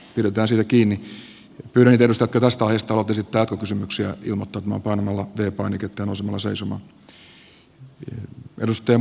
pyydän niitä edustajia jotka tästä aiheesta haluavat esittää jatkokysymyksiä ilmoittautumaan painamalla v painiketta ja nousemalla seisomaan